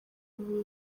umuriro